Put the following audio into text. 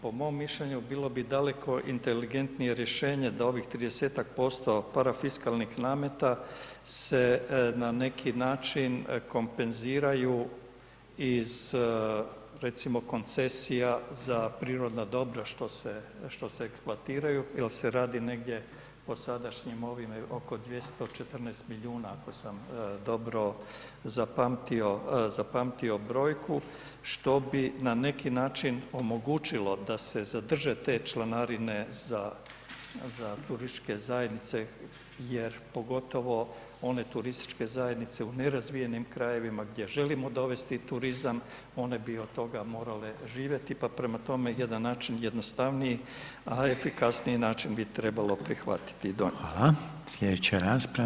Po mom mišljenju bilo bi daleko inteligentnije rješenje da ovih 30-tak% parafiskalnih nameta se na neki način kompenziraju iz, recimo, koncesija za prirodna dobra, što se eksploatiraju jel se radi negdje po sadašnjim ovim oko 214 milijuna, ako sam dobro zapamtio brojku, što bi na neki način omogućilo da se zadrže te članarine za turističke zajednice jer pogotovo one turističke zajednice u nerazvijenim krajevima gdje želimo dovesti turizam, one bi od toga morale živjeti, pa prema tome, jedan način jednostavniji, a efikasniji način bi trebalo prihvatiti i donijeti.